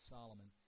Solomon